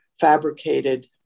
fabricated